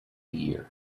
year